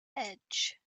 edge